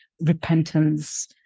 repentance